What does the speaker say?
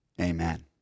Amen